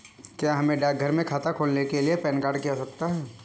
क्या हमें डाकघर में खाता खोलने के लिए पैन कार्ड की आवश्यकता है?